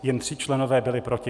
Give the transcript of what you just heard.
Jen tři členové byli proti.